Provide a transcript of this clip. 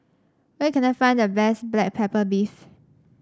where can I find the best Black Pepper Beef